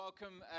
Welcome